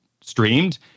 streamed